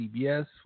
CBS